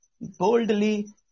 boldly